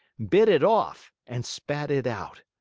bit it off and spat it out.